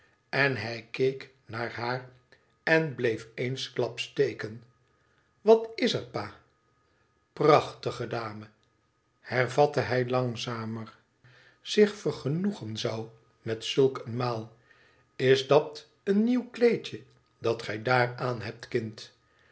en hij keek naar haar en bleef eensklaps steken iwatiser pa prachtige dame hervatte hij langzamer i zich vergenoegen zou roet zulk een maal is dat een nieuw kleedje dat gij daar aanhebt kind